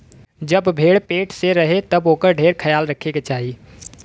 जब भेड़ पेट से रहे तब ओकर ढेर ख्याल रखे के चाही